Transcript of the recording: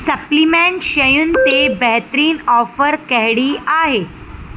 supplement शयुनि ते बेहतरीन ऑफर कहिड़ी आहे